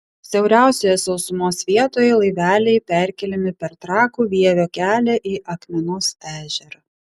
siauriausioje sausumos vietoje laiveliai perkeliami per trakų vievio kelią į akmenos ežerą